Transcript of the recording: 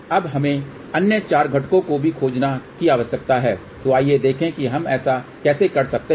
अब हमें अन्य 4 घटकों को भी खोजने की आवश्यकता है तो आइए देखें कि हम ऐसा कैसे कर सकते हैं